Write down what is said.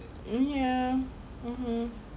mm ya mmhmm